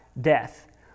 death